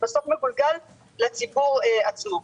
בסוף זה מגולגל לציבור עצמו.